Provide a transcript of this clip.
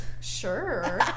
sure